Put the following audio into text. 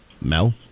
Mel